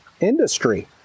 industry